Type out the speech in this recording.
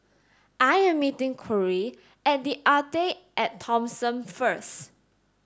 I am meeting Kory at The Arte at Thomson first